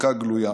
חלקה גלויה.